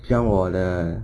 像我的